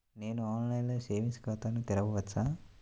నేను ఆన్లైన్లో సేవింగ్స్ ఖాతాను తెరవవచ్చా?